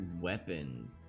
weapon